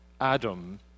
Adam